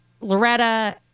Loretta